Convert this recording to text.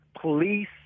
police